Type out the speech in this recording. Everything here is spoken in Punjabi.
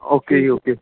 okay ji okay